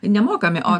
nemokami o